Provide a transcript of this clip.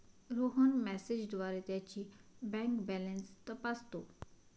रोहन मेसेजद्वारे त्याची bank balance तपासतो